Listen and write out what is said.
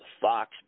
Fox